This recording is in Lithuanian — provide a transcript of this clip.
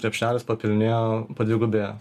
krepšelis papilnėjo padvigubėjo